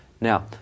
Now